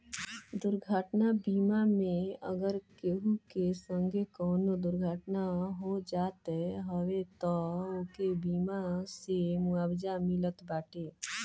दुर्घटना बीमा मे अगर केहू के संगे कवनो दुर्घटना हो जात हवे तअ ओके बीमा से मुआवजा मिलत बाटे